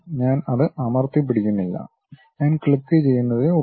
ഞാൻ അത് അമർത്തിപ്പിടിക്കുന്നില്ല ഞാൻ ക്ലിക്കുചെയ്യുന്നതെ ഒള്ളു